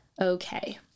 okay